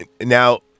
now